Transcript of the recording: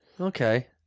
Okay